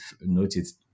noticed